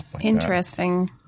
Interesting